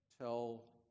tell